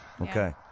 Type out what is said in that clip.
Okay